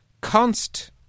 const